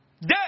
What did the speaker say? dead